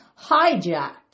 hijacked